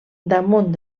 damunt